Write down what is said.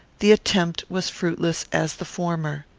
the attempt was fruitless as the former.